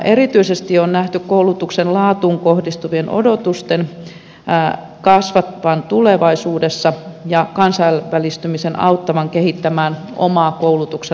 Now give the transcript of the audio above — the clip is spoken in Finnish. erityisesti on nähty koulutuksen laatuun kohdistuvien odotusten kasvavan tulevaisuudessa ja kansainvälistymisen auttavan kehittämään omaa koulutuksen laatua